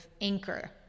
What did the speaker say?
anchor